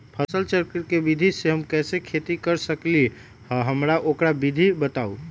फसल चक्र के विधि से हम कैसे खेती कर सकलि ह हमरा ओकर विधि बताउ?